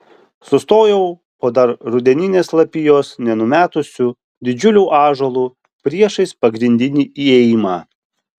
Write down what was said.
sustojau po dar rudeninės lapijos nenumetusiu didžiuliu ąžuolu priešais pagrindinį įėjimą